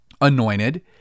anointed